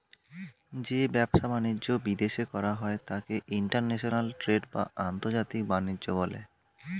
যে ব্যবসা বাণিজ্য বিদেশে করা হয় তাকে ইন্টারন্যাশনাল ট্রেড বা আন্তর্জাতিক বাণিজ্য বলে